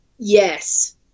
Yes